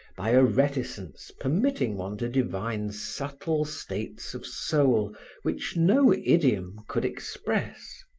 by a reticence permitting one to divine subtle states of soul which no idiom could express.